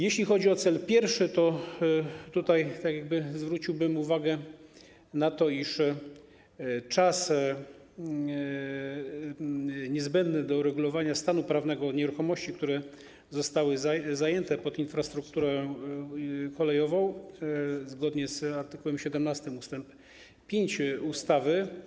Jeśli chodzi o cel pierwszy, to tutaj zwróciłbym uwagę na czas niezbędny do regulowania stanu prawnego nieruchomości, które zostały zajęte pod infrastrukturę kolejową zgodnie z art. 17 ust. 5 ustawy.